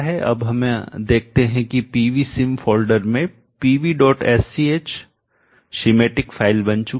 अब हम देखते हैं कि pv sim फोल्डर में pvsch सेमेटिक फाइल बन चुकी है